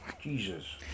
Jesus